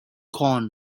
corn